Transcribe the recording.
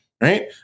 Right